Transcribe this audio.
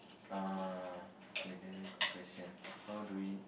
err okay this one good question how do we